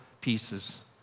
pieces